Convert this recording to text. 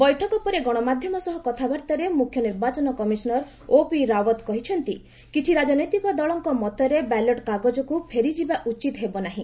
ବୈଠକପରେ ଗଣମାଧ୍ୟମ ସହ କଥାବାର୍ତ୍ତାରେ ମ୍ରଖ୍ୟ ନିର୍ବାଚନ କମିଶନର୍ ଓ ପି ରାଓତ୍ କହିଚନ୍ତି କିଛି ରାଜନୈତିକ ଦଳଙ୍କ ମତରେ ବ୍ୟାଲଟ୍ କାଗଜକୁ ଫେରିଯିବା ଉଚିତ ହେବ ନାର୍ହି